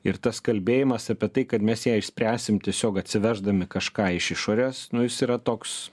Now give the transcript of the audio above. ir tas kalbėjimas apie tai kad mes ją išspręsim tiesiog atsiveždami kažką iš išorės nu jis yra toks